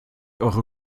eure